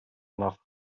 enough